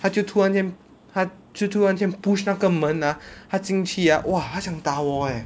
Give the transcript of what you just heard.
他就突然间他就突然间 push 那个门 ah 他进去 ah !wah! 他想打我 eh